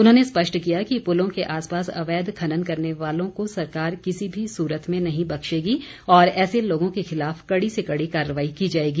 उन्होंने ने स्पष्ट किया कि पुलों के आस पास अवैध खनन करने वालों को सरकार किसी भी सूरत में नहीं बख्शेगी और ऐसे लोगों के खिलाफ कड़ी से कड़ी कार्रवाई की जाएगी